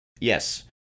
Yes